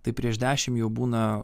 tai prieš dešimt jau būna